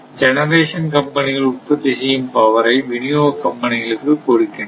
generation கம்பெனிகள் உற்பத்தி செய்யும் பவரை விநியோக கம்பெனிகளுக்கு கொடுக்கின்றன